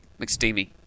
McSteamy